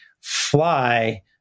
fly